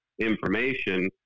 information